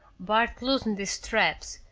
bart loosened his straps,